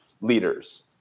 leaders